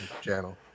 channel